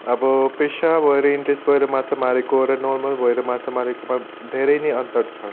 अबो पेसा भएर इन्ट्रेस्ट भएर माछा मारेको र नर्मल भएर माछा मारेकोमा धेरै नै अन्तर छ